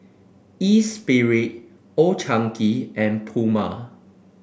Espirit Old Chang Kee and Puma